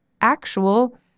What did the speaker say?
actual